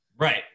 right